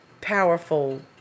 powerful